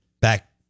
back